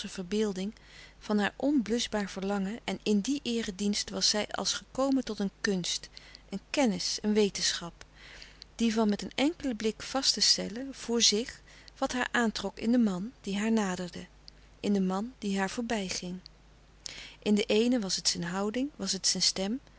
verbeelding van haar onbluschbaar verlangen en in die eeredienst was zij als gekomen tot een kunst een kennis een wetenschap die van met een enkelen blik vast te stellen voor zich wat haar aantrok in den man die haar naderde in den man die haar voorbijging in den eene was het zijn houding was het zijn stem